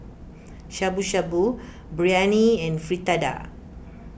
Shabu Shabu Biryani and Fritada